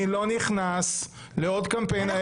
אני לא נכנס לעוד קמפיין הערב.